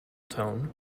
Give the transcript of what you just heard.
tone